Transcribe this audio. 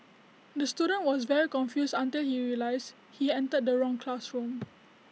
the student was very confused until he realised he entered the wrong classroom